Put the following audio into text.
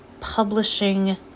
publishing